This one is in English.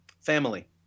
Family